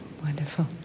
Wonderful